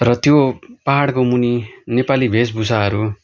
र त्यो पाहाडको मुनि नेपाली वेशभूषाहरू